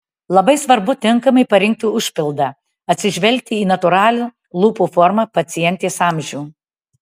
labai svarbu tinkamai parinkti užpildą atsižvelgti į natūralią lūpų formą pacientės amžių